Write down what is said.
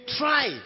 try